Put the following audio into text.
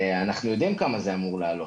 אנחנו יודעים כמה זה אמור לעלות.